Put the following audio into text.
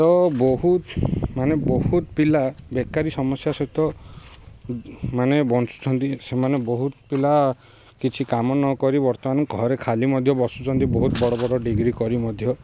ତ ବହୁତ ମାନେ ବହୁତ ପିଲା ବେକାରୀ ସମସ୍ୟା ସହିତ ମାନେ ବଞ୍ଚୁଛନ୍ତି ସେମାନେ ବହୁତ ପିଲା କିଛି କାମ ନ କରି ବର୍ତ୍ତମାନ ଘରେ ଖାଲି ମଧ୍ୟ ବସୁଛନ୍ତି ବହୁତ ବଡ଼ ବଡ଼ ଡିଗ୍ରୀ କରି ମଧ୍ୟ